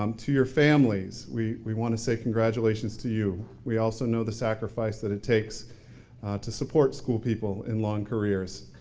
um to your families, we we want to say congratulations to you. we also know the sacrifice that it takes to support school people in long careers.